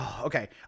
okay